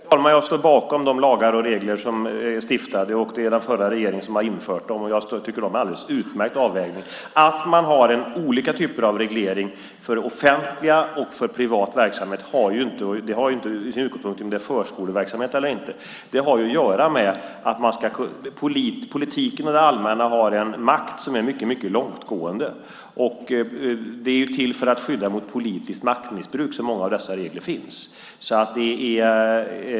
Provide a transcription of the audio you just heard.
Herr talman! Jag står bakom de lagar och regler som är stiftade. Det är den förra regeringen som har infört dem. Jag tycker att de är alldeles utmärkt avvägda. Att man har olika typer av reglering för offentlig och privat verksamhet har inte sin utgångspunkt i om det är förskoleverksamhet eller inte. Politiken och det allmänna har en makt som är mycket långtgående. Det är för att skydda mot politiskt maktmissbruk som många av dessa regler finns.